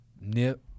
nip